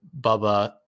Bubba